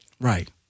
Right